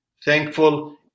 thankful